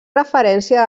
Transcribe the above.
referència